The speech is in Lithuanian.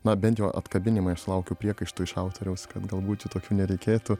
na bent jau atkabinimai aš sulaukiau priekaištų iš autoriaus kad galbūt čia tokių nereikėtų